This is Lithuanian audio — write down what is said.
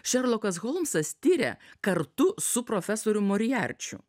šerlokas holmsas tiria kartu su profesorium moriarčiu